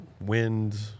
wind